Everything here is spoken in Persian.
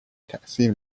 تاثیر